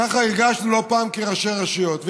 ככה הרגשנו לא פעם כראשי רשויות.